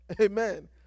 Amen